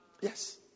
Yes